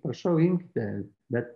prašau imkite bet